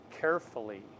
carefully